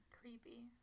Creepy